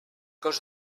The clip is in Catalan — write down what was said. cos